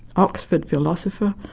oxford philosopher,